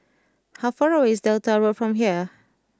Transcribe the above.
how far away is Delta Road from here